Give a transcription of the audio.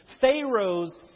Pharaoh's